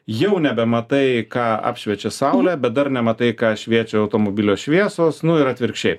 jau nebematai ką apšviečia saulė bet dar nematai ką šviečia automobilio šviesos nu ir atvirkščiai